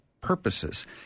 purposes